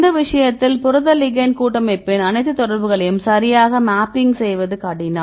இந்த விஷயத்தில் புரதத் லிகெண்ட் கூட்டமைப்பின் அனைத்து தொடர்புகளையும் சரியாக மேப்பிங் செய்வது கடினம்